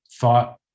thought